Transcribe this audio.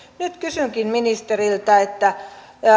nyt kysynkin ministeriltä että